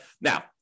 Now